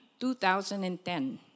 2010